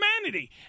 humanity